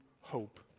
hope